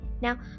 Now